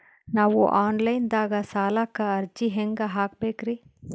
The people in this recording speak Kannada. ನಾವು ಆನ್ ಲೈನ್ ದಾಗ ಸಾಲಕ್ಕ ಅರ್ಜಿ ಹೆಂಗ ಹಾಕಬೇಕ್ರಿ?